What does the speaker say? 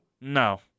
No